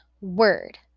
word